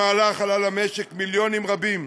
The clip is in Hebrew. המהלך עלה למשק מיליונים רבים,